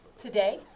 today